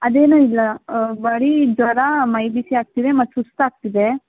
ಅದೇನು ಇಲ್ಲ ಬರೀ ಜ್ವರ ಮೈ ಬಿಸಿ ಆಗ್ತಿದೆ ಮತ್ತೆ ಸುಸ್ತಾಗ್ತಿದೆ